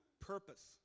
purpose